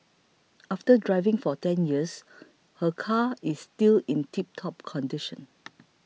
after driving for ten years her car is still in tiptop condition